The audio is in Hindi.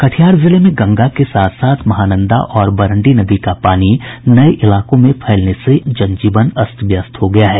कटिहार जिले में गंगा के साथ साथ महानंदा और बरंडी नदी का पानी नये इलाकों में फैलने से आम जनजीवन अस्त व्यस्त हो गया है